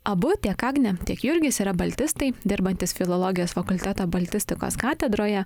abu tiek agnė tiek jurgis yra baltistai dirbantys filologijos fakulteto baltistikos katedroje